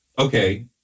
okay